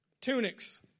tunics